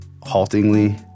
haltingly